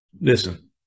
Listen